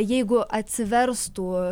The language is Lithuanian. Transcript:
jeigu atsiverstų